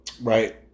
Right